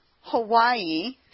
Hawaii